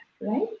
right